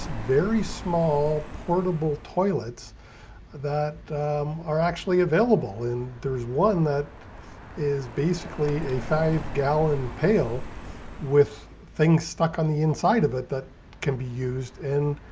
very small portable toilets that are actually available in there's one that is basically a five gallon pail with things stuck on the inside of it that can be used,